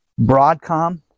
broadcom